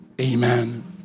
Amen